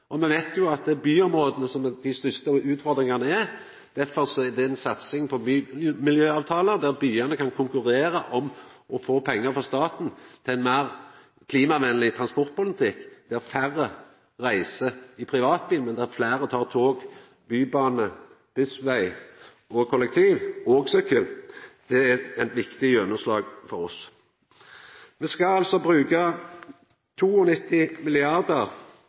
at me aukar klimagassutsleppa. Me veit jo at byområda er der dei største utfordringane er. Derfor er det ei satsing på bymiljøavtalar, der byane kan konkurrera om å få pengar frå staten til ein meir klimavenleg transportpolitikk, der færre reiser med privatbil og fleire bruker tog, bybane, bussveg, kollektivtransport og sykkel. Det er eit viktig gjennomslag for oss. Me skal bruka